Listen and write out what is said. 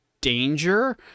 danger